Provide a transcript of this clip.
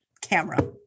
camera